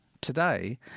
Today